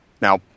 Now